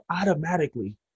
automatically